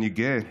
אני גאה,